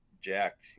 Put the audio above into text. jacked